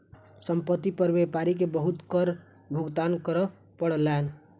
संपत्ति पर व्यापारी के बहुत कर भुगतान करअ पड़लैन